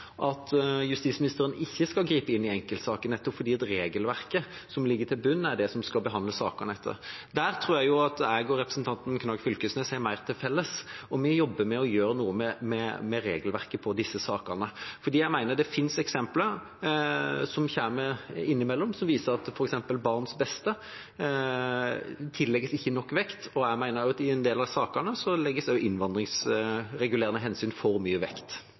regelverket som ligger til grunn, man skal behandle sakene etter. Der tror jeg at jeg og representanten Knag Fylkesnes har mer til felles. Vi jobber med å gjøre noe med regelverket for disse sakene, for jeg mener at det finnes eksempler innimellom som viser at f.eks. barns beste ikke tillegges nok vekt, og jeg mener også at i en del av sakene tillegges innvandringsregulerende hensyn for mye vekt.